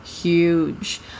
Huge